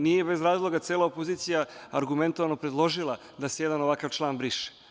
Nije bez razloga cela opozicija argumentovano predložila da se jedan ovakav član briše.